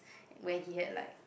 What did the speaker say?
when he had like